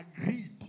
agreed